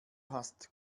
hast